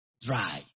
dry